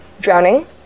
drowning